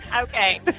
Okay